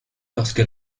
lorsque